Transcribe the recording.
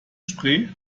spray